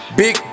big